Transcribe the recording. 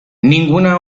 ninguna